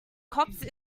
cops